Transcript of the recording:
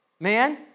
Man